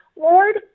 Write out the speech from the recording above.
Lord